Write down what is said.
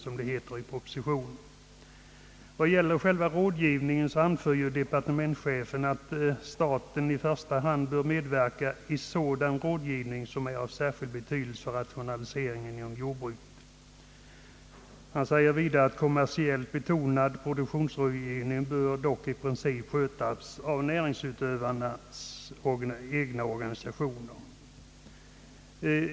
Beträffande själva rådgivningen anför departementschefen, att staten i första hand bör medverka i sådan rådgivning som är av särskild betydelse för rationaliseringen inom jordbruket. Kommersiellt betonad produktionsrådgivning, säger han vidare, bör dock i princip skötas av näringsutövarnas egna organisationer.